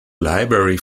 library